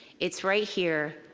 it's right here.